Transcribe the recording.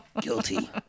Guilty